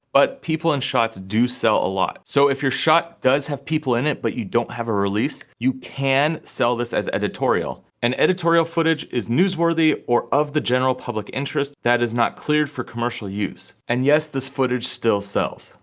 but, people in shots do sell a lot. so if your shot does have people in it, but you don't have a release, you can sell this as editorial. and editorial footage is newsworthy, or of the general public interest, that is not cleared for commercial use. and yes, this footage still sells.